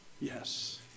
Yes